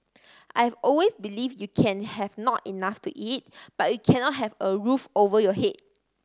I've always believe you can have not enough to eat but you cannot have a roof over your head